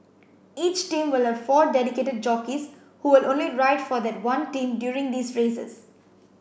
each team will have four dedicated jockeys who will only ride for that one team during these races